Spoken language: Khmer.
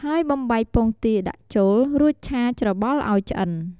ហើយបំបែកពងទាដាក់ចូល រួចឆាច្របល់ឱ្យឆ្អិន។